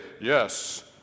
yes